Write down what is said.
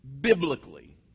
biblically